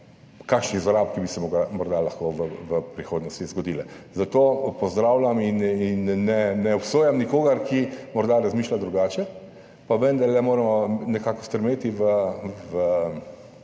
kakšnih zlorab, ki bi se morda lahko v prihodnosti zgodile. Zato pozdravljam in ne obsojam nikogar, ki morda razmišlja drugače, pa vendarle moramo nekako stremeti k